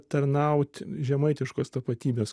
tarnaut žemaitiškos tapatybės